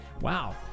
wow